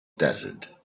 desert